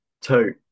two